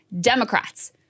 Democrats